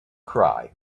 cry